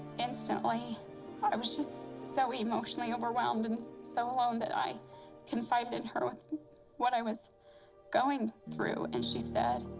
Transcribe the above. instantly i was just so emotionally overwhelmed and so alone that i confided in her with what i was going through. and she said,